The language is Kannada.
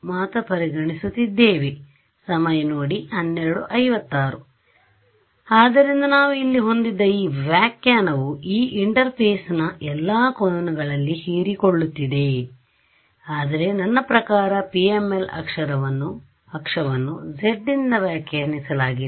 ಮಾತ್ರ ಪರಿಗಣಿಸಿದ್ದೇವೆ ಇಲ್ಲ ಆದ್ದರಿಂದ ನಾವು ಇಲ್ಲಿ ಹೊಂದಿದ್ದ ಈ ವ್ಯಾಖ್ಯಾನವು ಈ ಇಂಟರ್ಫೇಸ್ನಲ್ಲಿನ ಎಲ್ಲಾ ಕೋನಗಳಲ್ಲಿ ಹೀರಿಕೊಳ್ಳುತ್ತಿದೆ ಆದರೆ ನನ್ನ ಪ್ರಕಾರ PML ಅಕ್ಷವನ್ನು z ನಿಂದ ವ್ಯಾಖ್ಯಾನಿಸಲಾಗಿದೆ